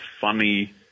funny